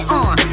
on